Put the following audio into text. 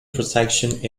protection